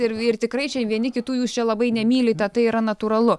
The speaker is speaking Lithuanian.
ir ir tikrai čia vieni kitų jūs čia labai nemylite tai yra natūralu